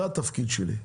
זה התפקיד שלי.